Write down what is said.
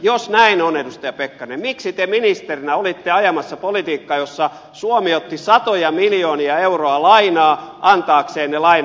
jos näin on edustaja pekkarinen miksi te ministerinä olitte ajamassa politiikkaa jossa suomi otti satoja miljoonia euroja lainaa antaakseen ne lainaksi kreikalle